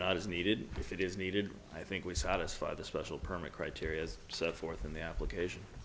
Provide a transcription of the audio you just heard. not is needed if it is needed i think we satisfy the special permit criteria as set forth in the application